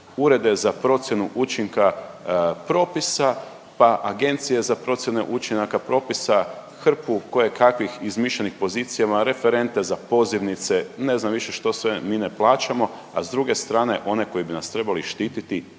urede za procjenu učinka propisa pa agencije za procjene učinaka propisa, hrpu koje kakvih izmišljenih pozicija, referente za pozivnice, ne znam više što sve mi ne plaćamo, a s druge strane one koji bi nas trebali štititi